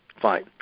Fine